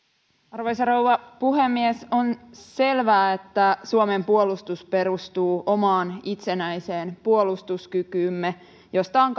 arvoisa rouva puhemies on selvää että suomen puolustus perustuu omaan itsenäiseen puolustuskykyymme josta on